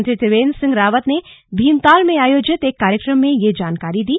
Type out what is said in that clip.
मुख्यमंत्री त्रिवेन्द्र सिंह रावत ने भीमताल में आयोजित एक कार्यक्रम में ये जानकारी दी